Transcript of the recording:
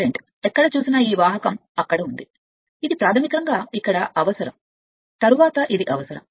current ఎక్కడ చూసినా ఈ వాహకం అక్కడ ఉంది ఇక్కడ ఇది ప్రాథమికంగా ఇక్కడ అవసరం తరువాత ఇది అవసరం